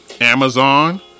Amazon